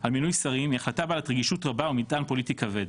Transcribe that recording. על מינוי שרים היא החלטה בעלת רגישות רבה ומטען פוליטי כבד.